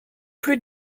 plus